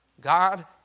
God